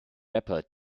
rapper